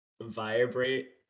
vibrate